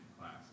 class